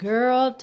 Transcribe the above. Girl